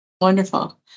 Wonderful